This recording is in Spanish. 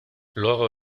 luego